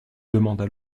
demanda